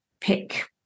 pick